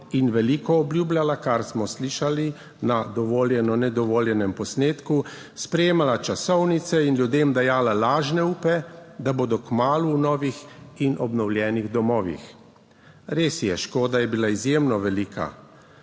in veliko obljubljala, kar smo slišali na dovoljeno, nedovoljenem posnetku. Sprejemala časovnice in ljudem dajala lažne upe, da bodo kmalu v novih in obnovljenih domovih. Res je, škoda je bila izjemno velika.